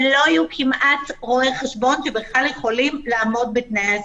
ולא יהיו כמעט רואי חשבון שיכולים לעמוד בתנאי הסף.